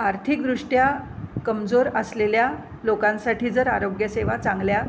आर्थिकदृष्ट्या कमजोर असलेल्या लोकांसाठी जर आरोग्यसेवा चांगल्या